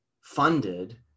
funded